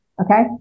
Okay